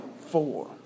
four